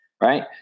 Right